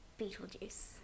Beetlejuice